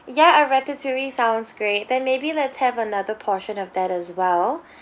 ya a ratatouille sounds great then maybe let's have another portion of that as well